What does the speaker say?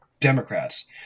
Democrats